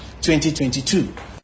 2022